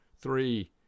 three